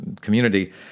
community